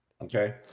Okay